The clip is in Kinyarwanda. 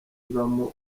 ibamo